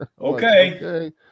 Okay